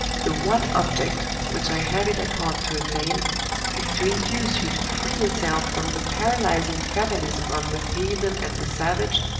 the one object which i have it at heart to attain is to induce you to free yourself from the paralyzing fatalism of the heathen and the savage,